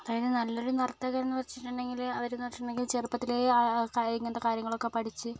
അതായത് നല്ലൊരു നർത്തകനെന്ന് വെച്ചിട്ടുണ്ടെങ്കിൽ അവരെന്ന് വെച്ചിട്ടുണ്ടെങ്കിൽ ചെറുപ്പത്തിലേ ഇങ്ങനത്തെ കാര്യങ്ങളൊക്കെ പഠിച്ച്